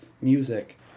music